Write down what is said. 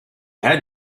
had